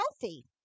healthy